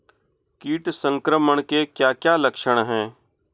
कीट संक्रमण के क्या क्या लक्षण हैं?